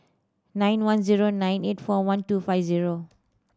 nine one zero nine eight four one two five zero